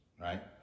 right